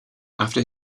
after